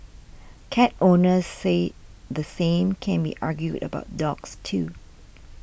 cat owners say the same can be argued about dogs too